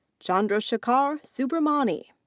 chandrashekar subramani.